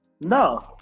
No